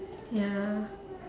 ya